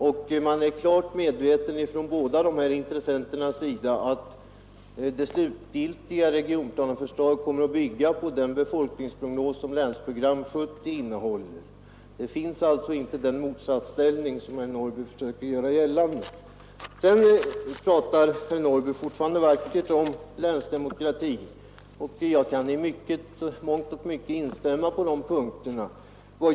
Från båda intressenternas sida är man klart medveten om att det slutgiltiga regionplaneförslaget kommer att bygga på den befolkningsprognos som Länsprogram 70 innehåller. Det motsatsförhållande som herr Norrby försöker göra gällande finns alltså inte. Sedan talar herr Norrby fortfarande vackert om länsdemokrati, och jag kan i mångt och mycket instämma på dessa punkter.